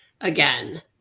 again